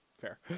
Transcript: Fair